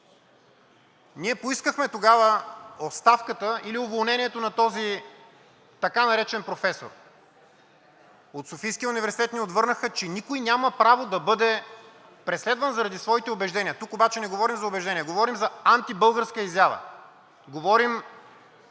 Ние поискахме тогава оставката или уволнението на този така наречен професор. От Софийския университет ни отвърнаха, че никой няма право да бъде преследван заради своите убеждения. Тук обаче не говорим за убеждения. Говорим за антибългарска изява.